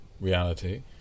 reality